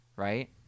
Right